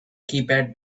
keypad